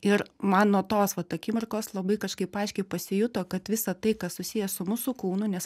ir man nuo tos vat akimirkos labai kažkaip aiškiai pasijuto kad visa tai kas susiję su mūsų kūnu nes